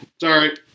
sorry